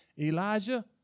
Elijah